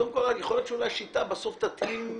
אותה אוכלוסיה שעליה החלנו את התקנות ההן,